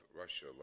Russia